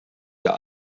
der